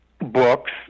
books